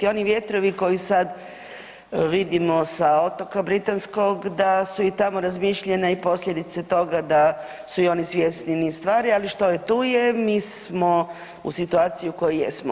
Oni vjetrovi koje sad vidimo sa otoka britanskog da su i tamo razmišljene i posljedice toga da su i oni svjesni niz stvari, ali što je tu je, mi smo u situaciji u kojoj jesmo.